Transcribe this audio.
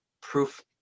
proof